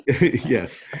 Yes